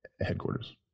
headquarters